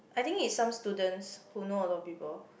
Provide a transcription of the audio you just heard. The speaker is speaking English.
I think it's some students who know a lot of people